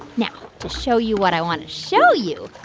now, to show you what i want to show you,